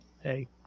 hey